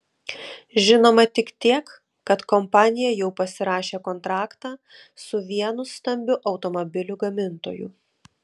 žinoma tik tiek kad kompanija jau pasirašė kontraktą su vienu stambiu automobilių gamintoju